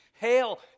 hail